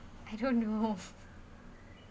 I don't know